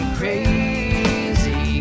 crazy